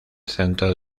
centro